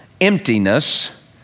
emptiness